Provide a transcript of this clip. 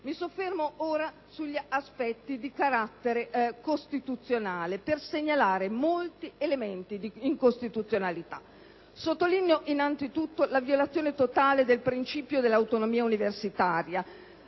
Mi soffermo ora sugli aspetti di carattere costituzionale per segnalare molti elementi di incostituzionalità. Sottolineo, innanzitutto, la violazione totale del principio dell'autonomia universitaria,